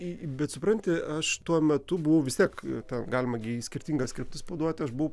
į bet supranti aš tuo metu buvau vis tiek ten galima į skirtingas kryptis paduoti aš buvau